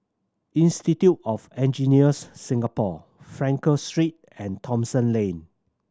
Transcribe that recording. Institute of Engineers Singapore Frankel Street and Thomson Lane